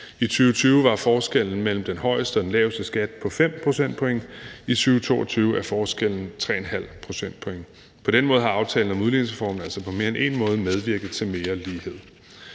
I 2020 var forskellen mellem den højeste og laveste skat på 5 procentpoint, og i 2022 er forskellen på 3,5 procentpoint. På den måde har aftalen om udligningsreformen altså på mere end en måde medvirket til mere lighed.